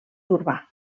urbà